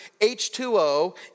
H2O